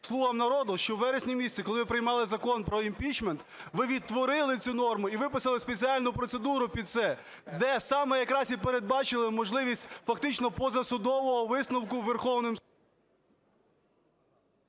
"слугам народу", що у вересні місяці, коли ви приймали Закон про імпічмент, ви відтворили цю норму. І виписали спеціальну процедуру під це, де саме якраз і передбачили можливість, фактично, позасудового висновку Верховним…